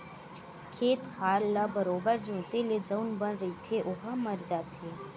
खेत खार ल बरोबर जोंते ले जउन बन रहिथे ओहा मर जाथे